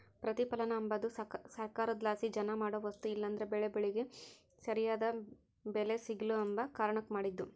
ಪ್ರತಿಪಲನ ಅಂಬದು ಸರ್ಕಾರುದ್ಲಾಸಿ ಜನ ಮಾಡೋ ವಸ್ತು ಇಲ್ಲಂದ್ರ ಬೆಳೇ ಬೆಳಿಗೆ ಸರ್ಯಾದ್ ಬೆಲೆ ಸಿಗ್ಲು ಅಂಬ ಕಾರಣುಕ್ ಮಾಡಿದ್ದು